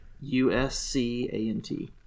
U-S-C-A-N-T